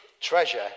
treasure